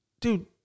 dude